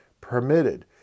permitted